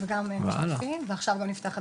וגם משתתפים, ועכשיו גם נפתחת